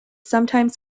sometimes